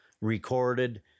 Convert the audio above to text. recorded